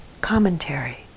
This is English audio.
commentary